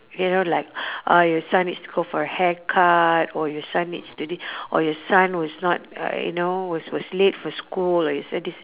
you know like uh your son needs to go for a haircut or your son needs to thi~ or your son was not uh you know was was late for school like you say this